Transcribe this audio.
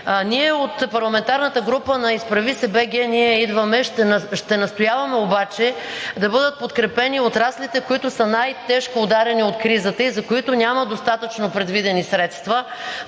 Ние от парламентарната група на „Изправи се, БГ! Ние идваме!“ ще настояваме обаче да бъдат подкрепени и отраслите, които са най-тежко ударени от кризата и за които няма достатъчно предвидени средства.